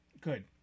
Good